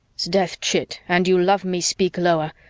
sdeath, chit, and you love me, speak lower.